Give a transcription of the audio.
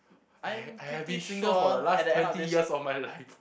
I ha~ I have been single for the last twenty years of my life